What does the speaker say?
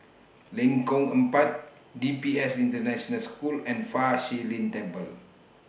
Lengkong Empat D P S International School and Fa Shi Lin Temple